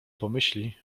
pomyśli